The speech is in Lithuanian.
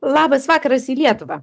labas vakaras į lietuvą